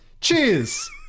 Cheers